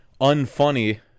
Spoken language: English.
unfunny